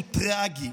שהוא טרגי,